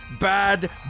bad